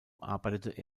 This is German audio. arbeitete